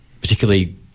particularly